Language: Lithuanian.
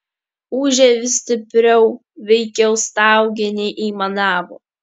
ūžė vis stipriau veikiau staugė nei aimanavo